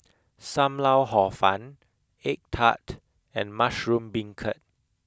Sam lau hor fun egg Tart and mushroom beancurd